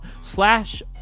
slash